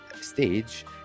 stage